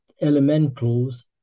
elementals